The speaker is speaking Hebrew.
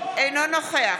אינו נוכח